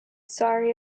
sorry